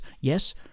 yes